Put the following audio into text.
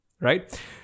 right